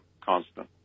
constant